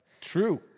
True